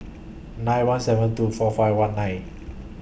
nine one seven two four five one nine